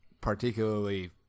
particularly